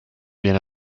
viene